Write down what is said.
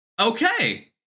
Okay